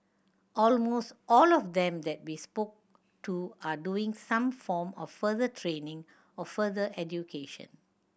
almost all of them that we spoke to are doing some form of further training or further education